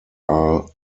are